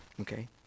Okay